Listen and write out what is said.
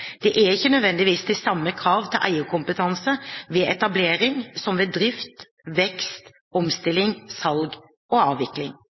Det er ikke nødvendigvis de samme krav til eierskapskompetanse ved etablering som ved drift, vekst, omstilling, salg og avvikling.